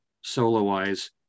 solo-wise